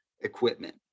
equipment